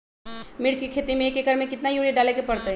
मिर्च के खेती में एक एकर में कितना यूरिया डाले के परतई?